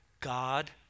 God